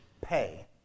pay